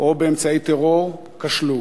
או באמצעי טרור כשלו.